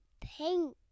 pink